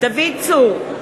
דוד צור,